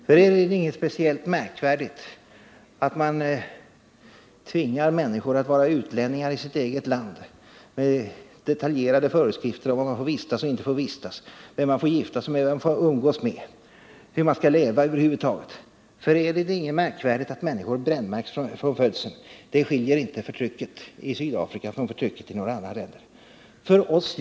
För er är det inte något speciellt märkvärdigt att man tvingar människor att vara utlänningar i sitt eget land, med detaljerade föreskrifter om var man får vistas och inte, vem man får gifta sig med och vem man får umgås med, hur man skall leva över huvud taget. För er är det inget märkvärdigt att människor brännmärks från födseln. Det finns inget som skiljer förtrycket i Sydafrika från förtrycket i några andra länder. Men det gör det för oss.